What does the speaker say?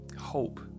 hope